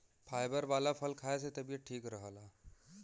fibre वाला फल खाए से तबियत ठीक रहला